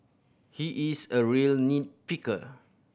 he is a real nit picker